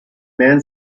man